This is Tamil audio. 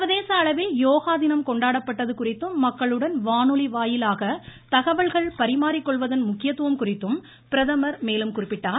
சர்வதேச அளவில் யோகா தினம் கொண்டாடப்பட்டது குறித்தும் மக்களுடன் வானொலி வாயிலாக தகவல்கள் பரிமாறிக்கொள்வதன் முக்கியத்துவம் குறித்தும் பிரதமர் மேலும் குறிப்பிட்டார்